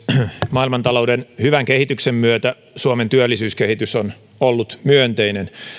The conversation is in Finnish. maailmantalouden hyvän kehityksen myötä suomen työllisyyskehitys on ollut myönteinen